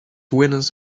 winners